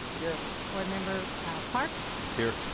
here. board member clark here.